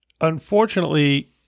unfortunately